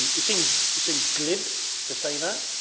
it seems seems glib to say that.